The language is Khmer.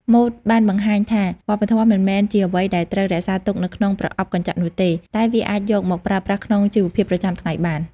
ម៉ូដបានបង្ហាញថាវប្បធម៌មិនមែនជាអ្វីដែលត្រូវរក្សាទុកនៅក្នុងប្រអប់កញ្ចក់នោះទេ តែវាអាចយកមកប្រើប្រាស់ក្នុងជីវភាពប្រចាំថ្ងៃបាន។